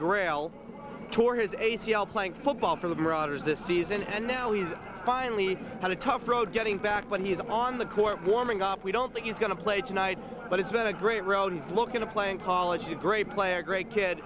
mcgrail tore his a c l playing football for the marauders this season and now he's finally had a tough road getting back but he's on the court warming up we don't think he's going to play tonight but it's been a great role he's looking to play in college a great player great kid